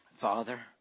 Father